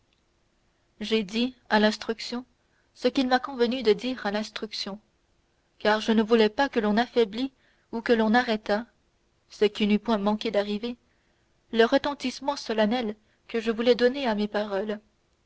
j'ai dit à l'instruction ce qu'il m'a convenu de dire à l'instruction car je ne voulais pas que l'on affaiblît ou que l'on arrêtât ce qui n'eût point manqué d'arriver le retentissement solennel que je voulais donner à mes paroles